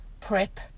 PrEP